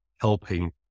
helping